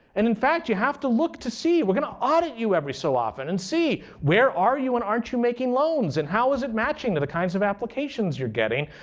and in fact, you have to look to see we're going to audit you every so often and see where are you and aren't you making loans, and how is it matching to the kinds of applications you're getting.